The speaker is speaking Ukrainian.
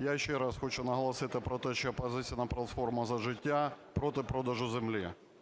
Я ще раз хочу наголосити про те, що "Опозиційна платформа - За життя" проти продажу землі.